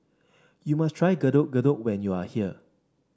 you must try Getuk Getuk when you are here